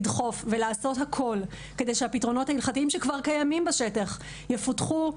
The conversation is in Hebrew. לדחוף ולעשות הכל כדי שהפתרונות ההלכתיים שכבר קיימים בשטח יפותחו,